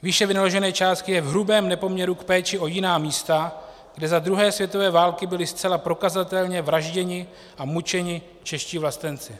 Výše vynaložené částky je v hrubém nepoměru k péči o jiná místa, kde za druhé světové války byli zcela prokazatelně vražděni a mučeni čeští vlastenci.